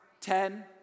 ten